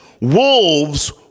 wolves